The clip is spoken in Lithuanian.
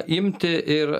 imti ir